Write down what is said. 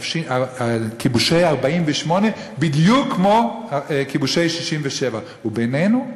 כיבושי 48' בדיוק כמו כיבושי 67'. ובינינו,